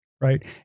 right